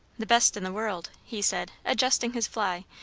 the best in the world, he said, adjusting his fly,